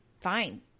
fine